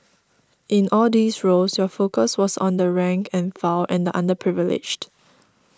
in all these roles your focus was on the rank and file and the underprivileged